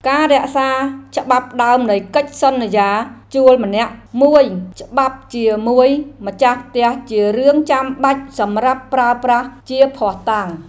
ការរក្សាច្បាប់ដើមនៃកិច្ចសន្យាជួលម្នាក់មួយច្បាប់ជាមួយម្ចាស់ផ្ទះជារឿងចាំបាច់សម្រាប់ប្រើប្រាស់ជាភស្តុតាង។